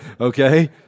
okay